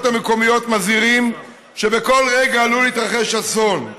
המקומיות מזהירים שבכל רגע עלול להתרחש אסון.